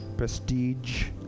prestige